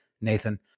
Nathan